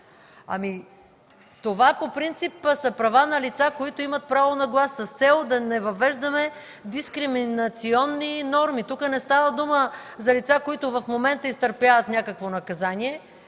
Това по принцип са права на лица, които имат право на глас, с цел да не въвеждаме дискриминационни норми. Тук не става дума за лица, които в момента изтърпяват някакво наказание.